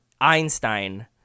Einstein